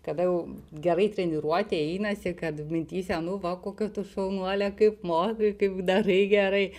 kada jau gerai treniruoti einasi kad mintyse nu va kokia tu šaunuolė kaip moki kaip darai gerai